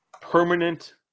permanent